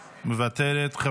מוותרת,